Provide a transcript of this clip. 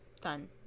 done